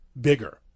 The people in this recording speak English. bigger